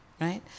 right